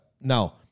now